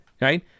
right